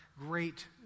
great